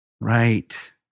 Right